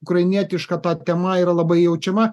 ukrainietiška ta tema yra labai jaučiama